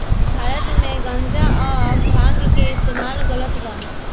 भारत मे गांजा आ भांग के इस्तमाल गलत बा